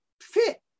fit